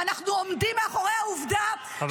ואנחנו עומדים מאחורי העובדה -- הפצ"רית,